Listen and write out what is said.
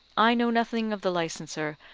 i know nothing of the licenser,